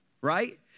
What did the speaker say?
Right